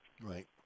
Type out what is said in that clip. Right